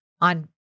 on